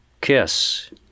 kiss